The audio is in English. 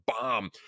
bomb